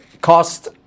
cost